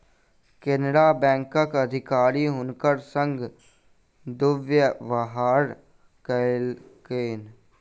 केनरा बैंकक अधिकारी हुनकर संग दुर्व्यवहार कयलकैन